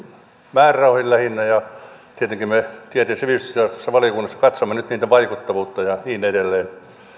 määrärahoihin lähinnä ja tietenkin me sivistysvaliokunnassa katsomme nyt niiden vaikuttavuutta ja niin edelleen